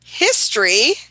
History